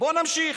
בוא נמשיך,